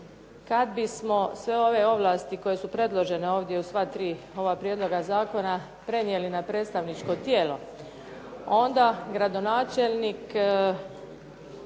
kad bismo sve ove ovlasti koje su predložene ovdje u sva tri ova prijedloga zakona prenijeli na predstavničko tijelo, onda gradonačelnik